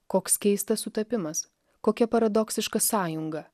koks keistas sutapimas kokia paradoksiška sąjunga